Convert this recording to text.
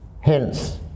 hence